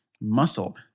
muscle